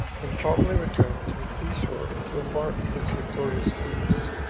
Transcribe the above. and calmly returned to the sea-shore to embark his victorious troops.